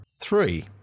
three